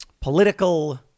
political